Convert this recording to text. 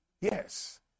Yes